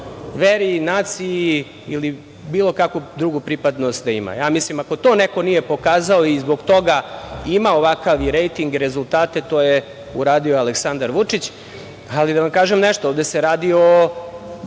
veri, naciji ili bilo kakvu drugu pripadnost da ima. Ako to neko nije pokazao i zbog toga ima ovakav rejting i rezultate, to je uradio Aleksandar Vučić, ali, da vam kažem nešto, ovde se radi o